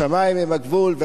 השמים הם הגבול.